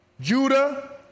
Judah